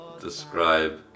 describe